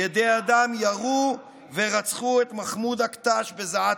ידי אדם ירו ורצחו את מחמוד אקטש בזעתרה.